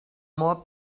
more